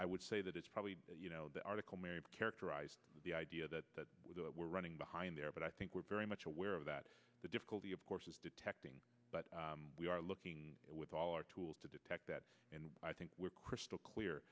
i would say that it's probably you know the article mary characterized the idea that we're running behind there but i think we're very much aware of that the difficulty of course is detecting but we are looking with all our tools to detect that and i think we're crystal clear